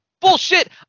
Bullshit